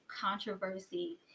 controversy